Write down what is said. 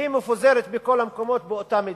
מפוזרות בכל המקומות באותה מידה,